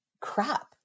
crap